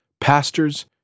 pastors